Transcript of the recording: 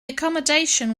accommodation